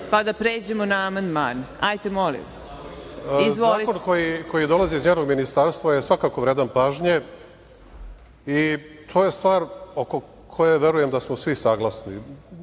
pa da pređemo na amandmane. Izvolite. **Zdravko Ponoš** Zakon koji dolazi iz njenog ministarstva je svakako vredan pažnje i to je stvar oko koje verujem da smo svi saglasni